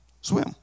swim